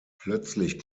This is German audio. plötzlich